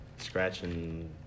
scratching